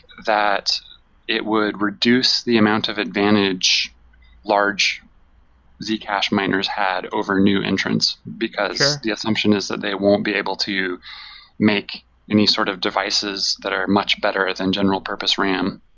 that it would reduce the amount of advantage large zcash miners had over new entrance, because the assumption is that they won't be able to make any sort of devices that are much better than general purpose ram.